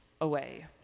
away